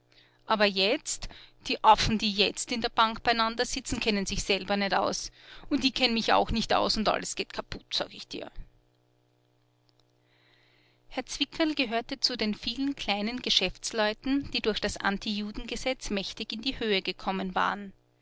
aber jetzt die affen die jetzt in der bank beieinandersitzen kennen sich selber net aus und i kenn mi auch net aus und alles geht kaput sag ich dir herr zwickerl gehörte zu den vielen kleinen geschäftsleuten die durch das antijudengesetz mächtig in die höhe gekommen waren